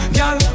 Girl